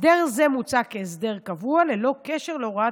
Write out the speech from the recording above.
הסדר זה מוצע כהסדר קבוע ללא קשר להוראת